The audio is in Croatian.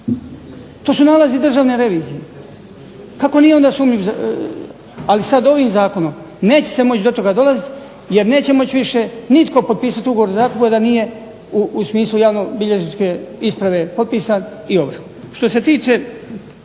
To su nalazi Državne revizije. Kako nije onda sumnjiv? Ali sada ovim zakonom neće se moći do toga dolaziti jer neće moći više nitko potpisati ugovor o zakupu, a da nije u smislu javnobilježnike isprave potpisan i …